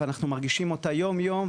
ואנחנו מרגישים אותה יום יום,